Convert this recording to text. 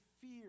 fear